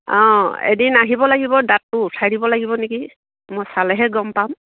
অঁ এদিন আহিব লাগিব দাঁতটো উঠাই দিব লাগিব নেকি মই চালেহে গম পাম